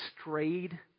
strayed